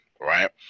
right